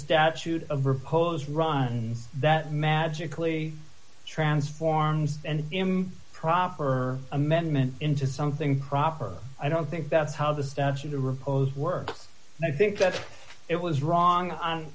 statute of repose run that magically transforms and him proper or amendment into something proper i don't think that's how the statute to riposte works and i think that it was wrong on